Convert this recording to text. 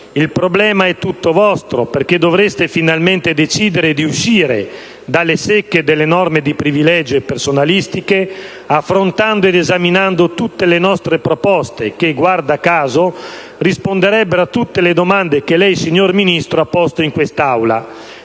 Il problema è tutto vostro, perché dovreste finalmente decidere di uscire dalle secche delle norme di privilegio e personalistiche, affrontando ed esaminando tutte le nostre proposte, che - guarda caso - risponderebbero a tutte le domande che lei, signor Ministro, ha posto in quest'Aula,